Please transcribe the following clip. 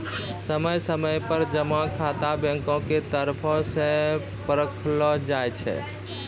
समय समय पर जमा खाता बैंको के तरफो से परखलो जाय छै